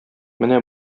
менә